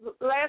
last